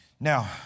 Now